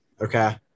okay